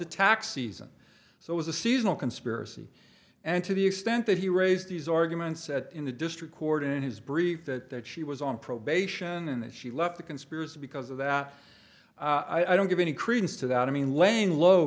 the tax season so it was a seasonal conspiracy and to the extent that he raised these arguments at in the district court in his brief that that she was on probation and that she left the conspiracy because of that i don't give any credence to that i mean laying low